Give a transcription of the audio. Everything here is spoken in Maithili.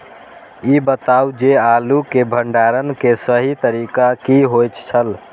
ई बताऊ जे आलू के भंडारण के सही तरीका की होय छल?